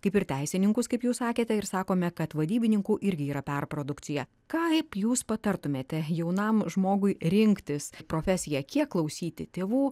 kaip ir teisininkus kaip jūs sakėte ir sakome kad vadybininkų irgi yra perprodukcija kaip jūs patartumėte jaunam žmogui rinktis profesiją kiek klausyti tėvų